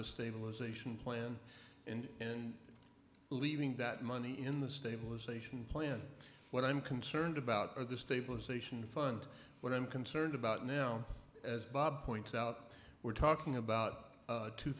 the stabilisation plan and leaving that money in the stabilisation plan what i'm concerned about are the stabilization fund what i'm concerned about now as bob points out we're talking about two